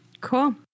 Cool